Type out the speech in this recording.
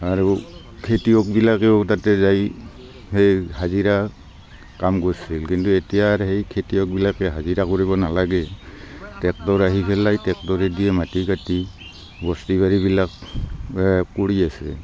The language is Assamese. আৰু খেতিয়কবিলাকেও তাতে যাই সেই হাজিৰা কাম কৰিছিল কিন্তু এতিয়া আৰ সেই খেতিয়কবিলাকে হাজিৰা কৰিব নালাগে ট্ৰেক্টৰ আহি পেলাই ট্ৰেক্টৰে দিয়ে মাটি কাটি বস্তু বাৰীবিলাক কৰি আছে